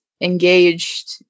engaged